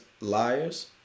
liars